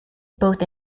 both